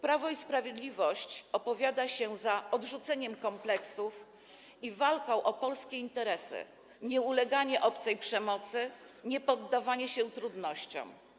Prawo i Sprawiedliwość opowiada się za odrzuceniem kompleksów i walką o polskie interesy, nieuleganiem obcej przemocy, niepoddawaniem się trudnościom.